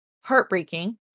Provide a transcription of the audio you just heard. heartbreaking